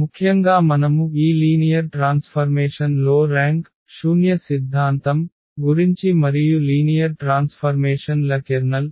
ముఖ్యంగా మనము ఈ లీనియర్ ట్రాన్స్ఫర్మేషన్ లో ర్యాంక్ శూన్య సిద్ధాంతం గురించి మరియు లీనియర్ ట్రాన్స్ఫర్మేషన్ ల కెర్నల్